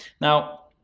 Now